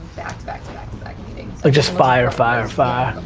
back to back to back meetings. like just fire, fire, fire.